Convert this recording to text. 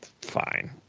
fine